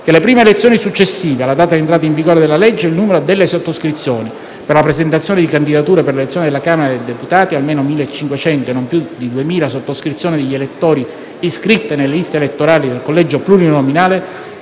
per le prime elezioni successive alla data di entrata in vigore della legge il numero delle sottoscrizioni per la presentazione di candidature per l'elezione alla Camera dei deputati (almeno 1.500 e non più di 2.000 sottoscrizioni degli elettori iscritti nelle liste elettorali del collegio plurinominale)